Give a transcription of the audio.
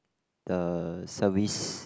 the service